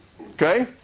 Okay